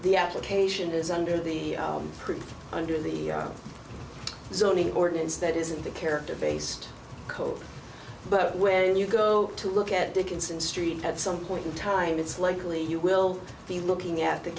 the application is under the print under the zoning ordinance that is in the character based code but when you go to look at dickinson street at some point in time it's likely you will be looking at the